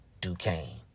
Duquesne